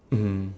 mmhmm